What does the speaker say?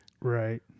Right